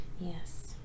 Yes